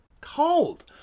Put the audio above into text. cold